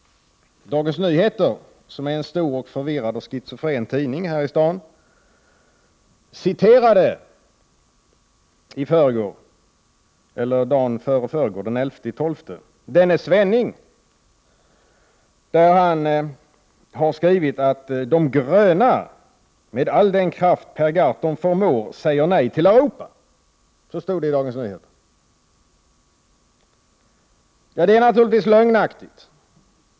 Dagens Nyheter, som är en stor och förvirrad ”schizofren” tidning här i Sverige, citerade den 11 december Olle Svenning som skrivit att de gröna säger ”med all den kraft Per Gahrton förmår ”nej till Europa” ”. Det är naturligtvis lögnaktigt.